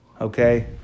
okay